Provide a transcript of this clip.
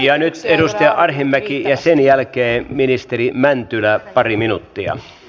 ja nyt edustaja arhinmäki ja sen jälkeen ministeri mäntylä pari minuuttia